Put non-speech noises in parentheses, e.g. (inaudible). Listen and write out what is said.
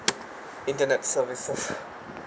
internet services (laughs)